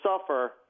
suffer